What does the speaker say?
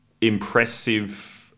impressive